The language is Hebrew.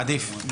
עדיף.